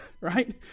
right